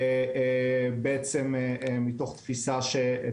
משנעי הפסולת לא היו, הם אפילו לא יודעים על זה.